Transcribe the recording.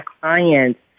clients